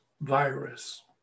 virus